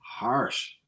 harsh